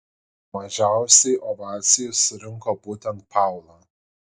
mažiausiai ovacijų surinko būtent paula